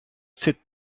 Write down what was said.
sit